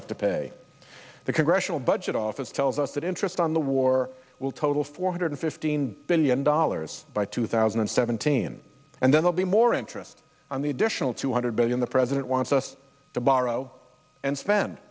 have to pay the congressional budget office tells us that interest on the war will total four hundred fifteen billion dollars by two thousand and seventeen and there will be more interest on the additional two hundred billion the president wants us to borrow and spend